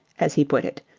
as he put it,